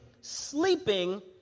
sleeping